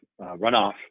runoff